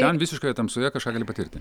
ten visiškoje tamsoje kažką gali patirti